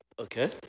Okay